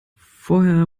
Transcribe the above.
vorher